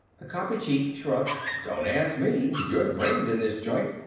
the copy chief shrugged. don't ask me. you're the brains in this joint.